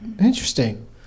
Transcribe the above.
Interesting